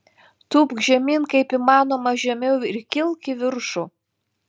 tūpk žemyn kaip įmanoma žemiau ir kilk į viršų